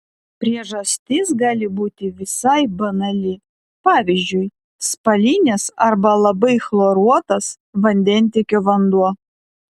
priežastis gali būti visai banali pavyzdžiui spalinės arba labai chloruotas vandentiekio vanduo